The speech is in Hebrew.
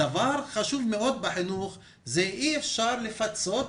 דבר חשוב מאוד בחינוך זה שאי אפשר אחר כך לפצות.